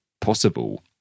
possible